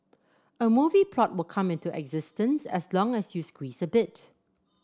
a movie plot will come into existence as long as you squeeze a bit